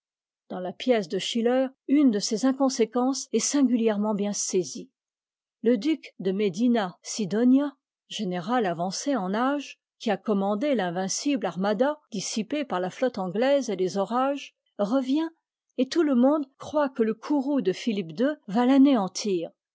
dans la pièce de schiller une de ces inconséquences est singulièrement bien saisie le duc de medina sidonia généra avancé en âge qui a commandé l'invincible rma a dissipée par la flotte anglaise et les orages revient et tout le monde croit que le courroux de philippe ii va l'anéantir